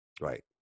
right